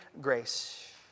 grace